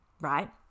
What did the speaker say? right